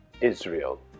Israel